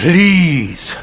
Please